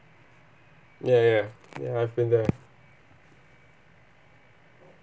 ya ya ya ya I have been there